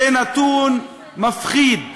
זה נתון מפחיד,